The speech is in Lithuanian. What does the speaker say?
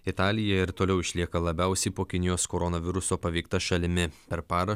italija ir toliau išlieka labiausiai po kinijos koronaviruso paveikta šalimi per parą